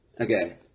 Okay